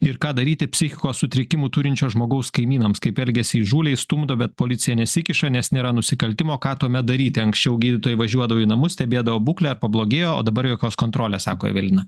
ir ką daryti psichikos sutrikimų turinčio žmogaus kaimynams kaip elgiasi įžūliai stumdo bet policija nesikiša nes nėra nusikaltimo ką tuomet daryti anksčiau gydytojai važiuodavo į namus stebėdavo būklę pablogėjo o dabar jokios kontrolės sako evelina